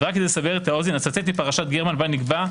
ורק כדי לסבר את האוזן אצטט מפרשת גרמן בה נקבע,